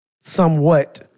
somewhat